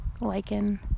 lichen